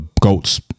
GOATs